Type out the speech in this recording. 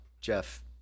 Jeff